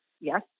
Yes